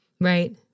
right